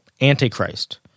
Antichrist